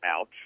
ouch